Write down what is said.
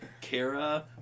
Kara